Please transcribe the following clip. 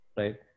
right